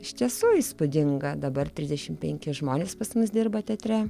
iš tiesų įspūdinga dabar trisdešimt penki žmonės pas mus dirba teatre